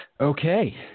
Okay